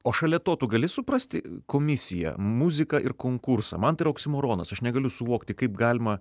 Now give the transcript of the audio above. o šalia to tu gali suprasti komisiją muziką ir konkursą man tai yra oksimoronas aš negaliu suvokti kaip galima